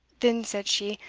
then said she,